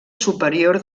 superior